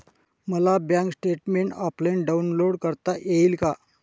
मला bank statement offline download करता येईल का?